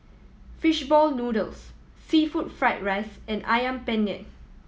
fish ball noodles seafood fried rice and Ayam Penyet